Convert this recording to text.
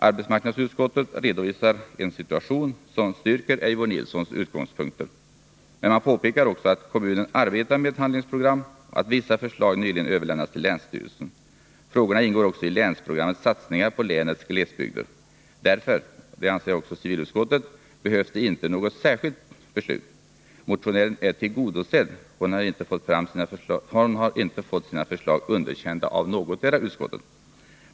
Arbetsmarknadsutskottet redovisar en situation, som styrker Eivor Nilsons utgångspunkt. Men man påpekar också att kommunen arbetar med ett handlingsprogram och att vissa förslag nyligen överlämnats till länsstyrelsen. Frågorna ingår också i länsprogrammets satsningar på länets glesbygder. Därför — det anser också civilutskottet — behövs det inte något särskili beslut. Motionären är tillgodosedd — Eivor Nilson har inte fått sina förslag underkända av någotdera utskottet.